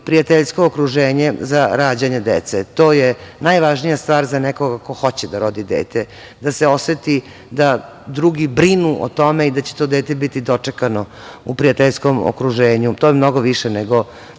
prijateljsko okruženje za rađanje dece. To je najvažnija stvar za nekoga ko hoće da rodi dete, da se oseti da drugi brinu o tome i da će to dete biti dočekano u prijateljskom okruženju. To je mnogo više nego